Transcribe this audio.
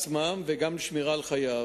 לעצמם, וגם כדי לשמור על חייהם.